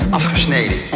afgesneden